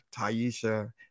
Taisha